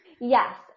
Yes